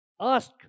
Ask